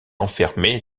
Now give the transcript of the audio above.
enfermé